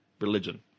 religion